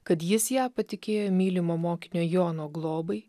kad jis ją patikėjo mylimo mokinio jono globai